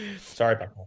sorry